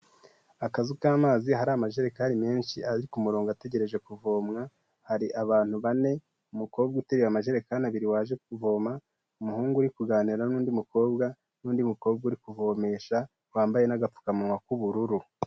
Akazu k'amazi hari amajererekari menshi ari ku murongo ategereje kuvomwa, hari abantu bane, umukobwa uteruye amajerekani abiri waje kuvoma, umuhungu uri kuganira n'undi mukobwa, n'undi mukobwa uri kuvomesha, wambaye n'agapfukamunwa k'ubururu.